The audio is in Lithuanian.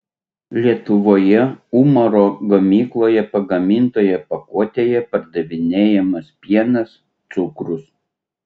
lietuvoje umaro gamykloje pagamintoje pakuotėje pardavinėjamas pienas cukrus